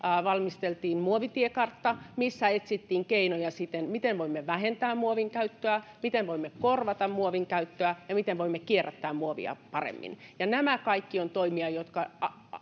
valmisteltiin muovitiekartta missä etsittiin keinoja miten voimme vähentää muovin käyttöä miten voimme korvata muovin käyttöä ja miten voimme kierrättää muovia paremmin nämä kaikki ovat toimia jotka